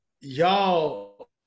Y'all